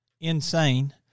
insane